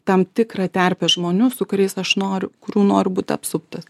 tam tikrą terpę žmonių su kuriais aš noriu kurių noriu būt apsuptas